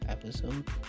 episode